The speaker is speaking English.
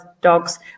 dogs